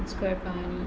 it's quite funny